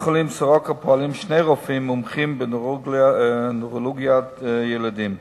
1. בבית-החולים "סורוקה" פועלים שני רופאים מומחים בנוירולוגיית ילדים.